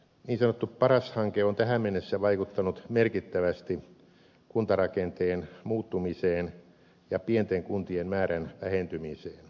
niin sanottu paras hanke on tähän mennessä vaikuttanut merkittävästi kuntarakenteen muuttumiseen ja pienten kuntien määrän vähentymiseen